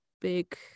big